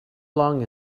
long